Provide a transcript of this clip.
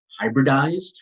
hybridized